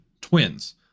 twins